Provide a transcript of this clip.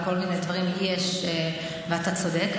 אתה צודק,